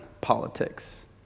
politics